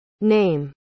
name